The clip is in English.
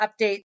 update